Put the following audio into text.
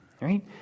Right